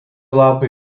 lapai